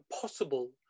possible